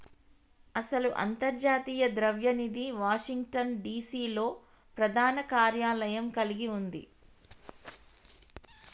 అసలు అంతర్జాతీయ ద్రవ్య నిధి వాషింగ్టన్ డిసి లో ప్రధాన కార్యాలయం కలిగి ఉంది